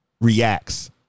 Reacts